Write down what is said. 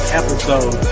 episode